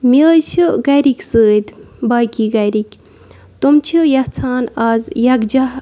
مےٚ حظ چھِ گَرِکۍ سۭتۍ باقی گَرِکۍ تِم چھِ یَژھان اَز یَکجہ